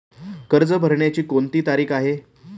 कर्ज भरण्याची कोणती तारीख आहे?